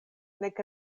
nek